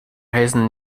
heißen